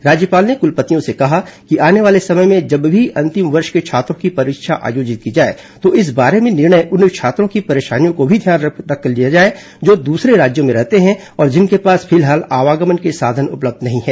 राज्यपाल ने कलपतियों से कहा कि आने वाले समय में जब भी अंतिम वर्ष के छात्रों की परीक्षा आयोजित की जाए तो इस बारे में निर्णय उन छात्रों की परेशानियों को भी ध्यान में रखकर लिया जाए जो दूसरे राज्यों में रहते हैं और जिनके पास फिलहाल आवागमन के साधन उपलब्ध नहीं है